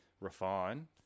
refine